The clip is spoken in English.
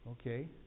Okay